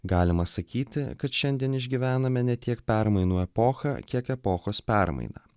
galima sakyti kad šiandien išgyvename ne tiek permainų epochą kiek epochos permainą